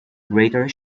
greater